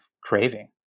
craving